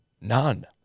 None